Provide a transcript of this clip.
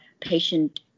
patient